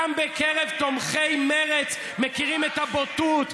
גם בקרב תומכי מרצ מכירים את הבוטות,